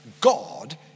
God